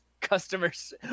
customers